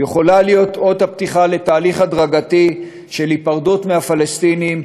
יכולה להיות אות הפתיחה לתהליך הדרגתי של היפרדות מהפלסטינים,